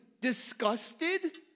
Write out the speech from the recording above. disgusted